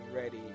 ready